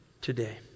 today